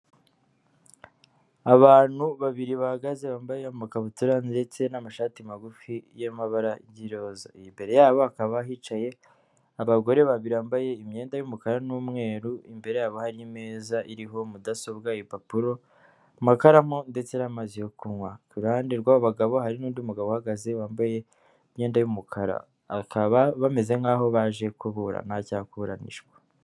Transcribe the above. Abantu babiri bahagaze bambaye amakabutura ndetse n'amashati magufi y'amabara y'iroza. Imbere yabo hakaba hicaye abagore babiri bambaye imyenda y'umukara n'umweru, imbere yabo hari imeza iriho mudasobwa, impapuro, amakaramu ndetse n'amazi yo kunywa. Ku ruhande rw'abagabo hari n'undi mugabo uhagaze wambaye imyenda y'umukara, bakaba bameze nkaho baje kubura nta cyangwa kuburanishwa.